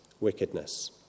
wickedness